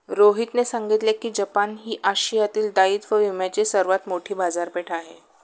रोहितने सांगितले की जपान ही आशियातील दायित्व विम्याची सर्वात मोठी बाजारपेठ आहे